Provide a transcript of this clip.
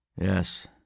Yes